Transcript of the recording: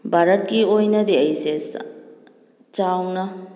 ꯚꯥꯔꯠꯀꯤ ꯑꯣꯏꯅꯗꯤ ꯑꯩꯁꯦ ꯆꯥꯎꯅ